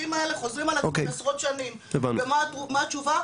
חוזרים על עצמם עשרות שנים ומה התשובה?